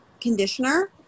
conditioner